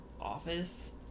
office